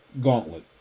Gauntlet